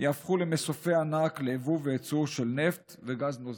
יהפכו למסופי ענק ליבוא ויצוא של נפט וגז נוזלי,